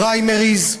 פריימריז,